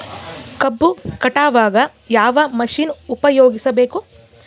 ಕಬ್ಬು ಕಟಾವಗ ಯಾವ ಮಷಿನ್ ಉಪಯೋಗಿಸಬೇಕು?